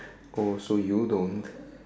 oh so you don't